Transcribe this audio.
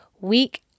week